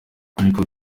ariko